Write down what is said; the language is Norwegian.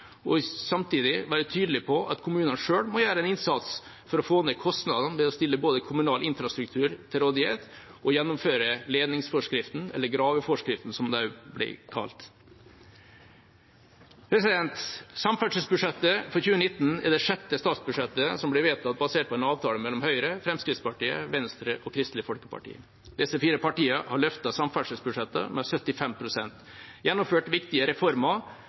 og samtidig være tydelig på at kommunene selv må gjøre en innsats for å få ned kostnadene ved å stille både kommunal infrastruktur til rådighet og gjennomføre ledningsforskriften, eller graveforskriften, som den også blir kalt. Samferdselsbudsjettet for 2019 er det sjette statsbudsjettet som blir vedtatt med bakgrunn i en avtale mellom Høyre, Fremskrittspartiet, Venstre og Kristelig Folkeparti. Disse fire partiene har løftet samferdselsbudsjettene med 75 pst., gjennomført viktige reformer